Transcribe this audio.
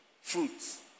fruits